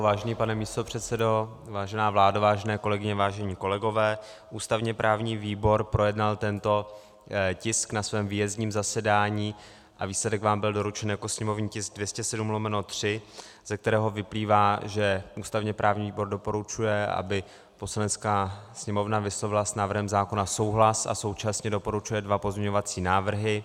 Vážený pane místopředsedo, vážená vládo, vážené kolegyně, vážení kolegové, ústavněprávní výbor projednal tento tisk na svém výjezdním zasedání a výsledek vám byl doručen jako sněmovní tisk 207/3, ze kterého vyplývá, že ústavněprávní výbor doporučuje, aby Poslanecká sněmovna vyslovila s návrhem zákona souhlas, a současně doporučuje dva pozměňovací návrhy.